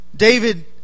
David